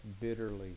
bitterly